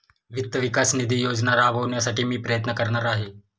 वित्त विकास निधी योजना राबविण्यासाठी मी प्रयत्न करणार आहे